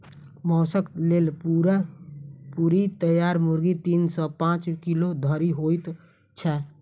मौसक लेल पूरा पूरी तैयार मुर्गी तीन सॅ पांच किलो धरि होइत छै